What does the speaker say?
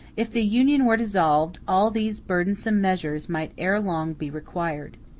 if the union were dissolved, all these burdensome measures might ere long be required.